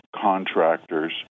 contractors